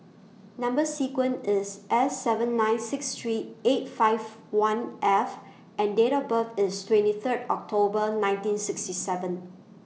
Number sequence IS S seven nine six three eight five one F and Date of birth IS twenty Third October nineteen sixty seven